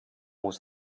was